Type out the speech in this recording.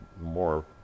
more